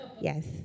Yes